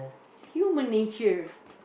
human nature